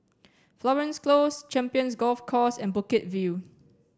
florence Close Champions Golf Course and Bukit View